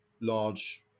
large